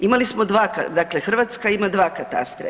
Imali smo 2 .../nerazumljivo/... dakle Hrvatska ima 2 katastra.